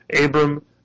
Abram